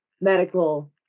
medical